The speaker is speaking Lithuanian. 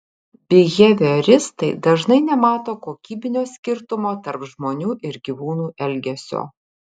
bihevioristai dažnai nemato kokybinio skirtumo tarp žmonių ir gyvūnų elgesio